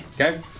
Okay